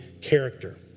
character